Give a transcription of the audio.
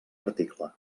article